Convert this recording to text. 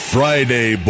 Friday